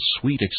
sweet